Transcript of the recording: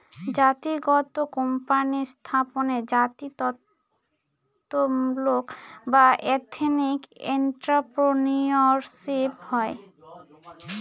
জাতিগত কোম্পানি স্থাপনে জাতিত্বমূলক বা এথেনিক এন্ট্রাপ্রেনিউরশিপ হয়